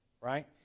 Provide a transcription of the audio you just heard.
right